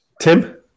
Tim